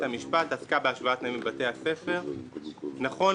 המשפט עסקה בהשוואת תנאים בבתי הספר.